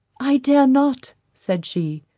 i dare not, said she.